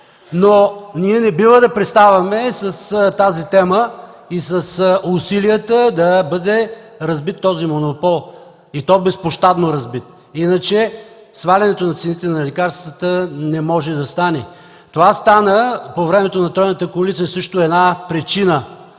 Ние не бива да преставаме с темата и с усилията да бъде разбит този монопол, и то безпощадно разбит, иначе свалянето на цените на лекарствата не може да стане. Това стана по времето на тройната коалиция също една причина,